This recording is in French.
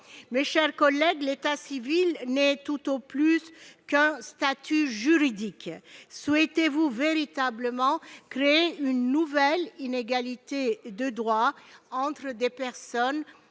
mes chers collègues ! L'état civil n'est tout au plus qu'un statut juridique. Souhaitez-vous véritablement créer une nouvelle inégalité de droits entre des personnes